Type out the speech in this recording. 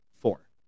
Four